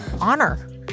honor